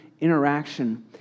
interaction